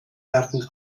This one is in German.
werden